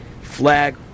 flag